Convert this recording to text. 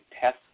test